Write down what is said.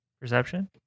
Perception